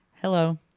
Hello